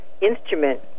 instrument